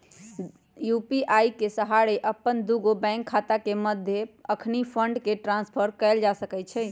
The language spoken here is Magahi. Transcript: यू.पी.आई के सहारे अप्पन दुगो बैंक खता के मध्य अखनी फंड के ट्रांसफर कएल जा सकैछइ